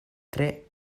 tre